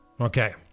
Okay